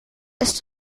ist